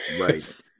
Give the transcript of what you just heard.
Right